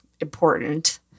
important